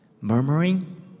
murmuring